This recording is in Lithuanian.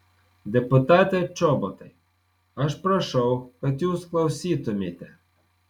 deputate čobotai aš prašau kad jūs klausytumėte